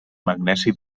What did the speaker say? magnesi